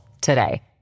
today